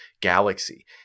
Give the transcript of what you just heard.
galaxy